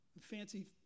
Fancy